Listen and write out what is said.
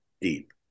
deep